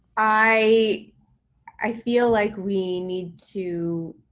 i i feel like we need to